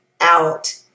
out